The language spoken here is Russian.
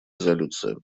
резолюциям